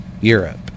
Europe